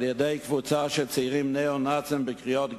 על-ידי קבוצה של צעירים ניאו-נאצים בקריאות גנאי,